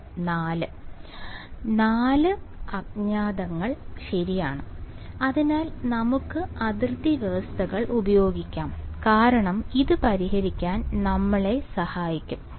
4 4 അജ്ഞാതങ്ങൾ ശരിയാണ് അതിനാൽ നമുക്ക് അതിർത്തി വ്യവസ്ഥകൾ ഉപയോഗിക്കാം കാരണം ഇത് പരിഹരിക്കാൻ നമ്മളെ സഹായിക്കും